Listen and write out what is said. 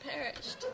perished